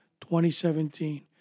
2017